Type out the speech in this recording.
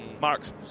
Mark's